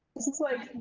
this is like